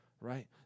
right